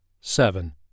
seven